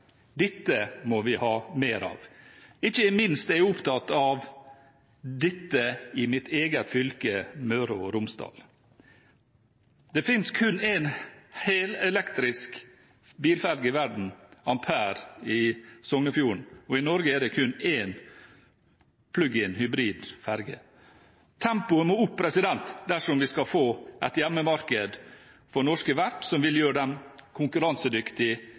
Dette må vi ha mer av. Ikke minst er jeg opptatt av dette i mitt eget fylke, Møre og Romsdal. Det finnes kun én helelektrisk bilferge i verden – Ampere i Sognefjorden – og i Norge er det kun én plug-in hybridferge. Tempoet må opp dersom vi skal få et hjemmemarked for norske verft som vil gjøre dem